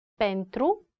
pentru